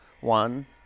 One